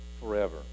forever